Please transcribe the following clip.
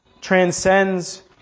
transcends